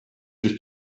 sich